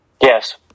Yes